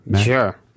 Sure